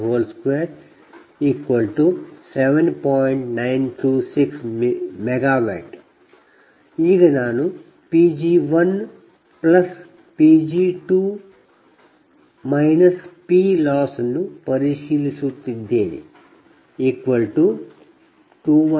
926 MW ಈಗPg1Pg2 PLoss218